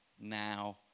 now